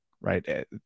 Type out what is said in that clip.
right